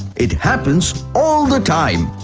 it happens all the time!